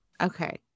Okay